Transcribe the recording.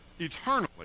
eternally